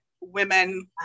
women